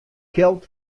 kjeld